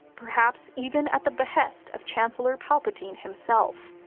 perhaps even at the behest of chancellor palpatine himself.